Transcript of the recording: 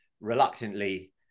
reluctantly